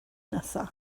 nesaf